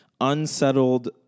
unsettled